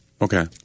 Okay